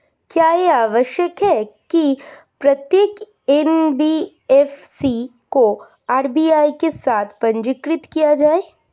क्या यह आवश्यक है कि प्रत्येक एन.बी.एफ.सी को आर.बी.आई के साथ पंजीकृत किया जाए?